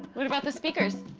what about the speakers?